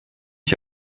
ich